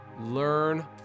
Learn